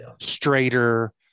straighter